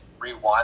rewind